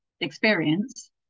experience